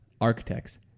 architects